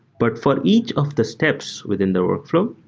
but for each of the steps within the workflow,